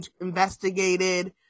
investigated